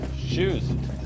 shoes